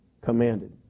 commanded